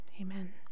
amen